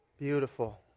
Beautiful